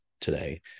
today